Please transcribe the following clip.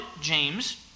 James